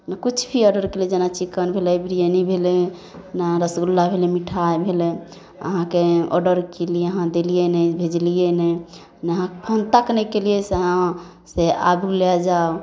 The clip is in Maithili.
किछु भी ऑडर केलिए जेना चिकन भेलै बिरयानी भेलै जेना रसगुल्ला भेलै मिठाइ भेलै अहाँके ऑडर केलिए अहाँ देलिए नहि भेजलिए नहि ने अहाँ फोन तक नहि केलिए से अहाँ से आबू लै जाउ